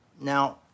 Now